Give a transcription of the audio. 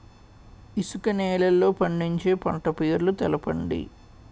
ఇసుక నేలల్లో పండించే పంట పేర్లు తెలపండి?